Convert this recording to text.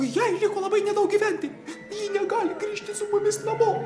jai liko labai nedaug gyventi ji negali grįžti su mumis namo